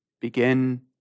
Begin